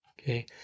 Okay